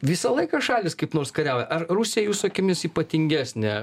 visą laiką šalys kaip nors kariauja ar rusija jūsų akimis ypatingesnė